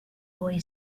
boy